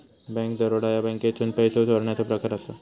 bank दरोडा ह्या बँकेतसून पैसो चोरण्याचो प्रकार असा